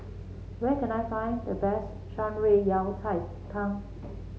where can I find the best Shan Rui Yao Cai Tang